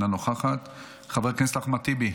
אינה נוכחת, חבר הכנסת אחמד טיבי,